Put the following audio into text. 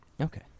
Okay